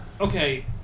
Okay